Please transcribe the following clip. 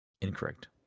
Incorrect